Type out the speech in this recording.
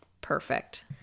perfect